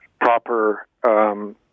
proper